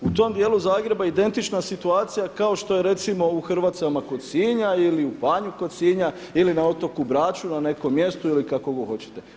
U tom djelu Zagreba identična situacija kako što je recimo u Hrvacima kod Sinja ili u Panju kod Sinja ili na otoku Braču, na nekom mjestu ili kako god hoćete.